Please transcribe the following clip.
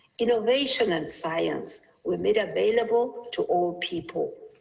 innovation and science were made available to all people.